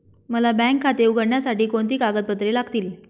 मला बँक खाते उघडण्यासाठी कोणती कागदपत्रे लागतील?